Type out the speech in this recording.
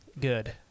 good